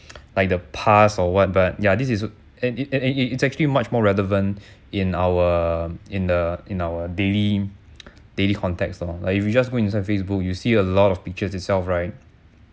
like the past or what but ya this is and it and it it's actually much more relevant in our uh in the in our daily daily context or like if you just go inside facebook you see a lot of pictures itself right